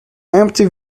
empty